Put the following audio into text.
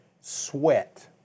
sweat